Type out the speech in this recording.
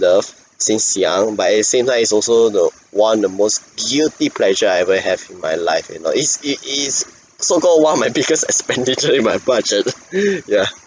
love since young but at the same time it's also the one the most guilty pleasure I ever have in my life you know is it is so-called one of my biggest expenditure in my budget ya